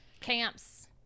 Camps